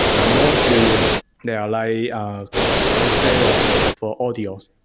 but mostly they ah like coursera for audios.